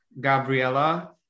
Gabriella